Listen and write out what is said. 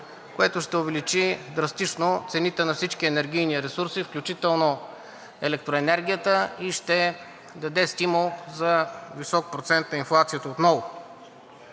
което ще увеличи драстично цените на всички енергийни ресурси, включително електроенергията и ще даде стимул отново за висок процент на инфлация.